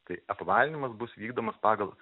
tai apvalinimas bus vykdomas pagal